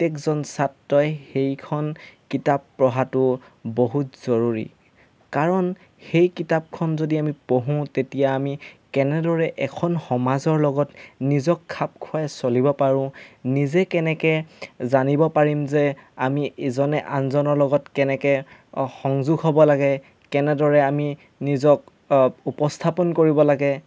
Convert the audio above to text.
প্ৰত্যেকজন ছাত্ৰই সেইখন কিতাপ পঢ়াটো বহুত জৰুৰী কাৰণ সেই কিতাপখন যদি আমি পঢ়ো তেতিয়া আমি কেনেদৰে এখন সমাজৰ লগত নিজক খাপ খুৱাই চলিব পাৰোঁ নিজে কেনেকৈ জানিব পাৰিম যে আমি ইজনে আনজনৰ লগত কেনেকৈ সংযোগ হ'ব লাগে কেনেদৰে আমি নিজক উপস্থাপন কৰিব লাগে